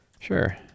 Sure